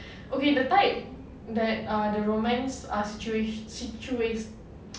okay the type that uh the romance are situat~ situat~